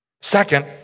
Second